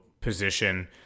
position